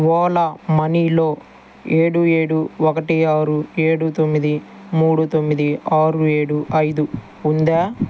ఓలా మనీలో ఏడు ఏడు ఒకటి ఆరు ఏడు తొమ్మిది మూడు తొమ్మిది ఆరు ఏడు ఐదు ఉందా